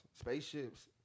Spaceships